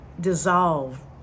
dissolve